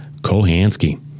Kohansky